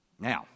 Now